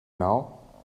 now